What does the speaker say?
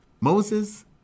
Moses